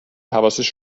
حواسش